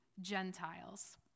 Gentiles